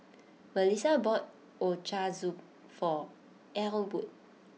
Mellissa bought Ochazuke for Elwood